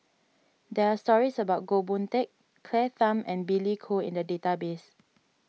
there are stories about Goh Boon Teck Claire Tham and Billy Koh in the database